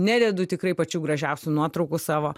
nededu tikrai pačių gražiausių nuotraukų savo